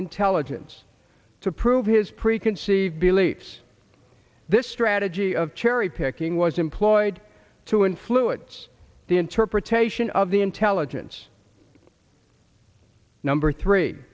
intelligence to prove his preconceived beliefs this strategy of cherry picking was employed to influence the interpretation of the intelligence number three